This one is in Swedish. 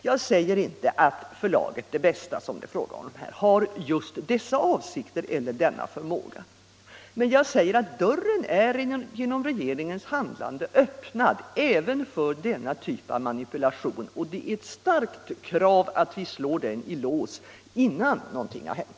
Jag säger inte att förlaget Det Bästa, som det är fråga om här, har just dessa avsikter eller denna förmåga, men jag säger att dörren genom regeringens handlande är öppnad även för denna typ av manipulationer, och det är ett starkt krav att slå den i lås, innan något har hänt.